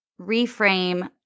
reframe